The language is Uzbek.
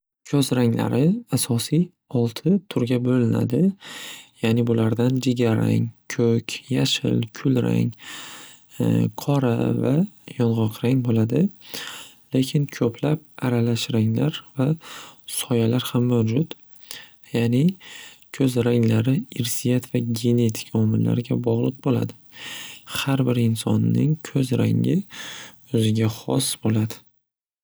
Ko'z ranglari asosiy olti turga bo'linadi, ya'ni bulardan jigarrang, ko'k yashil, kulrang, qora va yong'oq rang bo'ladi. Lekin ko'plar aralash ranglar va soyalar ham mavjud, ya'ni ko'z ranglari irsiyat va genetika omillariga bog'liq bo'ladi. Xar bir insonning ko'z ranggi o'ziga xos bo'ladi.